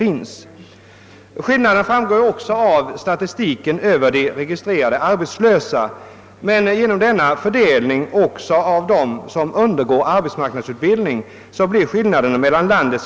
Dessa skillnader framgår också av statistiken över registrerade arbetslösa men de framstår ännu klarare genom denna fördelning också av dem som undergår arbetsmarknadsutbildning.